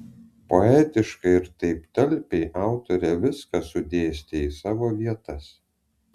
poetiškai ir taip talpiai autorė viską sudėstė į savo vietas